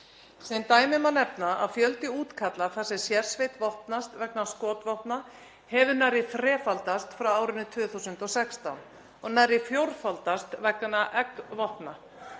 Sem dæmi má nefna að fjöldi útkalla þar sem sérsveit vopnast vegna skotvopna hefur nærri þrefaldast frá árinu 2016 og nærri fjórfaldast vegna eggvopna.